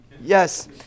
Yes